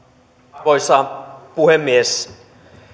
arvoisa puhemies